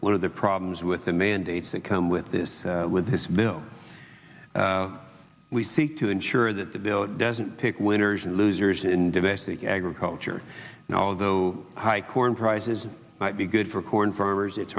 one of the problems with the mandates that come with this with this bill we seek to ensure that the bill doesn't pick winners and losers in domestic agriculture naldo high corn prices might be good for corn farmers it's